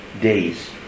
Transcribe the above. days